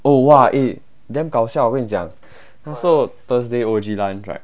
oh !wah! eh a damn 搞笑我跟你讲那时候 thursday O_G lunch right